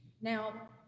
Now